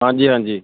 ਹਾਂਜੀ ਹਾਂਜੀ